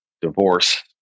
divorce